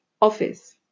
office